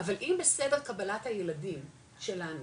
אבל אם בסדר קבלת הילדים שלנו,